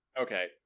okay